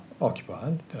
occupied